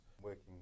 working